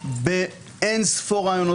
חברת הכנסת קארין אלהרר, את בקריאה.